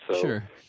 Sure